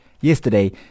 Yesterday